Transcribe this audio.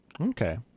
Okay